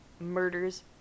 murders